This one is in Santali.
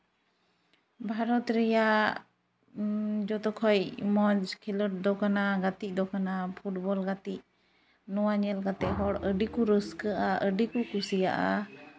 ᱵᱷᱟᱨᱚᱛ ᱨᱮᱭᱟᱜ ᱡᱚᱛᱚ ᱠᱷᱚᱡ ᱢᱚᱡᱽ ᱠᱷᱮᱞᱚᱸᱰ ᱫᱚ ᱠᱟᱱᱟ ᱜᱟᱛᱮᱜ ᱫᱚ ᱠᱟᱱᱟ ᱯᱷᱩᱴᱵᱚᱞ ᱜᱟᱛᱮᱜ ᱱᱚᱣᱟ ᱧᱮᱞ ᱠᱟᱛᱮᱫ ᱦᱚᱲ ᱟᱹᱰᱤ ᱠᱚ ᱨᱟᱹᱥᱠᱟᱹᱜᱼᱟ ᱟᱹᱰᱤ ᱠᱚ ᱠᱩᱥᱤᱭᱟᱜᱼᱟ